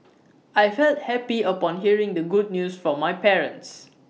I felt happy upon hearing the good news from my parents